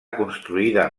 construïda